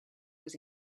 was